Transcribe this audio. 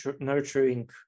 nurturing